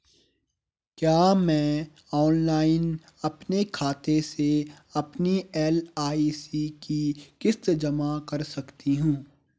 क्या मैं ऑनलाइन अपने खाते से अपनी एल.आई.सी की किश्त जमा कर सकती हूँ?